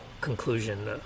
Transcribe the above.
conclusion